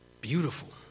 Beautiful